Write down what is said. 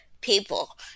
people